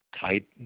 tight